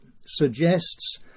suggests